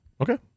Okay